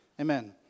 amen